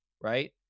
right